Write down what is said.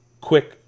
Quick